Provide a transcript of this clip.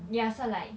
ya so like